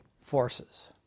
forces